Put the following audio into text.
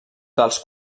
dels